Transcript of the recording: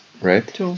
right